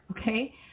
okay